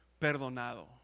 perdonado